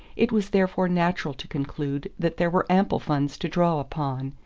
it was therefore natural to conclude that there were ample funds to draw upon,